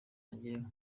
njyewe